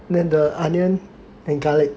then the onion and garlic